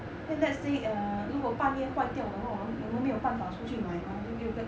因为 let's say err 如果半夜坏掉的话我们我们没有办法出去买吗就有个